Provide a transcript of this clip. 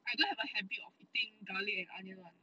I don't have a habit of eating garlic and onion [one]